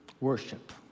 worship